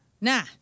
Nah